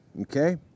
Okay